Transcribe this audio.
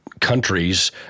countries